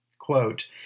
quote